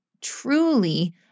truly